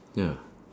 ya